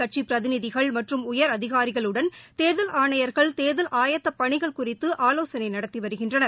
கட்சிபிரதிநிதிகள் மற்றும் உயர் அதிகாரிகளுடன் தேர்தல் ஆணையா்கள் தேர்தல் ஆயத்தப் பணிகள் குறித்துஆலோசனைநடத்திவருகின்றனர்